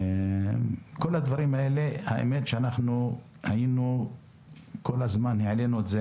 כל הדברים האלה כל הזמן העלינו אותם